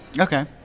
Okay